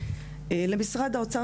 למשרד האוצר,